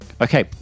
Okay